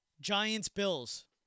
Giants-Bills